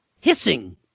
hissing